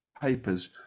papers